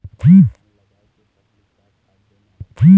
धान लगाय के पहली का खाद देना रही?